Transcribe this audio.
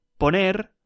Poner